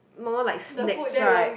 more like snacks right